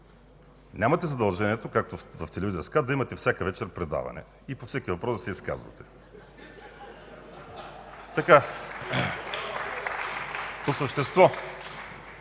Нямате задължението, както в телевизия СКАТ, да имате всяка вечер предаване и по всеки въпрос да се изказвате. (Смях и викове: